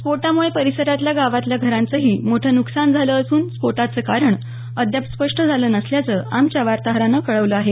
स्फोटामुळे परिसरातल्या गावातल्या घरांचंही मोठं नुकसान झालं असून स्फोटाचं कारण अद्याप स्पष्ट झालं नसल्याचं आमच्या वार्ताहरानं कळवलं आहे